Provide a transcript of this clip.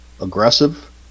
aggressive